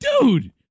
dude